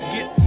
Get